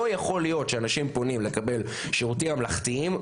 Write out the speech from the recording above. לא יכול להיות שאנשים פונים לקבל שירותים ממלכתיים,